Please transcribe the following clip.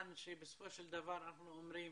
בסופו של דבר אנחנו כמובן אומרים